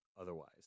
otherwise